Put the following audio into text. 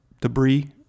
debris